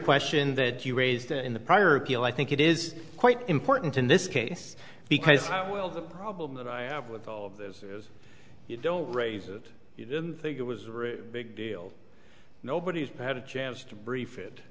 question that you raised it in the prior appeal i think it is quite important in this case because well the problem that i have with all of this is you don't raise it you didn't think it was a big deal nobody had a chance to brief it